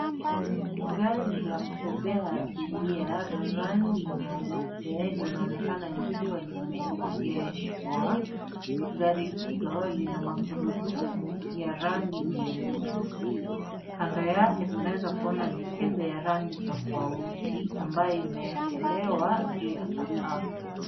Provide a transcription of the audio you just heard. Gari la kubebea abiria la rangi nyeupe, linaonekana likiwa limeegeshwa. Gari hilo lina magurudumu ya rangi nyeusi. kando yake tunaweza kuona mikebe ya rangi tofauti ,ambayo imewekelewa juu ya sakafu.